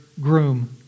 groom